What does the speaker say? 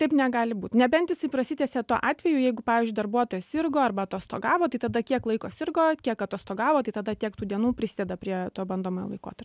taip negali būt nebent jisai prasitęsia tuo atveju jeigu pavyzdžiui darbuotojas sirgo arba atostogavo tai tada kiek laiko sirgo kiek atostogavo tai tada tiek tų dienų prisideda prie to bandomojo laikotarpio